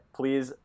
please